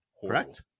correct